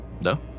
No